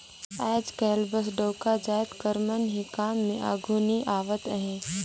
आएज काएल बस डउका जाएत कर मन ही काम में आघु नी आवत अहें